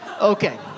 Okay